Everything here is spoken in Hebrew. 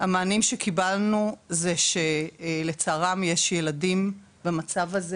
המענים שקיבלנו זה שלצערם יש ילדים במצב הזה,